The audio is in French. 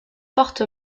porte